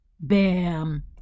bam